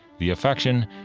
the affection,